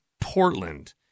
Portland